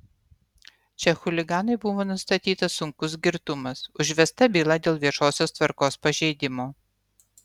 čia chuliganui buvo nustatytas sunkus girtumas užvesta byla dėl viešosios tvarkos pažeidimo